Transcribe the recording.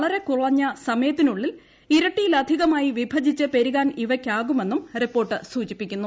വളരെ കുറഞ്ഞ സമയത്തിനുള്ളിൽ ഇരട്ടിയിലധികമായി വിഭജിച്ച് പെരുകാൻ ഇവയ്ക്കാകുമെന്നും റിപ്പോർട്ട് സൂചിപ്പിക്കുന്നു